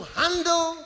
handle